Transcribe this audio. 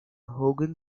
hogan